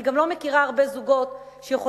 אני גם לא מכירה הרבה זוגות שיכולים